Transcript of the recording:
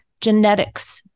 genetics